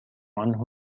عنه